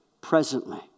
presently